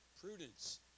prudence